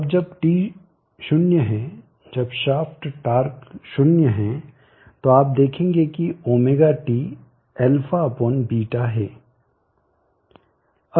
अब जब t 0 है जब शाफ्ट टार्क 0 है तो आप देखेंगे कि ωt αβ है